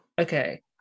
Okay